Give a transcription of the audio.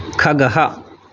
खगः